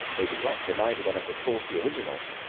they do not remind one of the saucy originals.